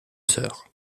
sœur